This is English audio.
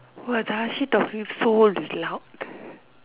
!wah! Dashi talking so loud